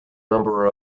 number